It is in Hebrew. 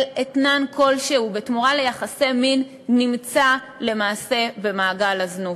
אתנן כלשהו בתמורה ליחסי מין נמצא למעשה במעגל הזנות.